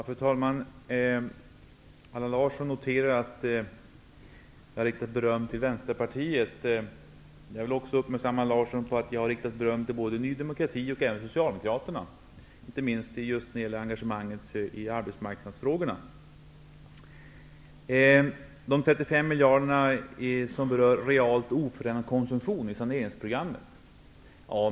Fru talman! Allan Larsson noterade att jag riktade beröm till Vänsterpartiet. Jag vill uppmärksamma Allan Larsson på att jag också har riktat beröm till både Ny demokrati och Socialdemokraterna, inte minst när det gäller engagemanget i arbetsmarknadsfrågorna. Allan Larsson frågade om de 35 miljarder som berör realt oförändrad konsumtion i saneringsprogrammet.